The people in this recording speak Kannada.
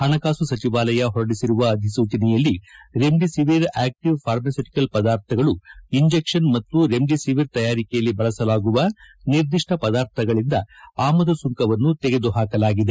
ಪಣಕಾಸು ಸಚಿವಾಲಯ ಪೊರಡಿಸಿರುವ ಅಧಿಸೂಚನೆಯಲ್ಲಿ ರೆಮ್ ಡಿಸಿವಿರ್ ಆಕ್ಷಿವ್ ಫಾರ್ಮಾಸ್ಸುಟಕಲ್ ಪದಾರ್ಥಗಳು ಇಂಜೆಕ್ಷನ್ ಮತ್ತು ರೆಮ್ ಡಿಸಿಎರ್ ತಯಾರಿಕೆಯಲ್ಲಿ ಬಳಸಲಾಗುವ ನಿರ್ದಿಷ್ಟ ಪದಾರ್ಥಗಳಿಂದ ಆಮದು ಸುಂಕವನ್ನು ತೆಗೆದು ಪಾಕಲಾಗಿದೆ